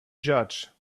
judge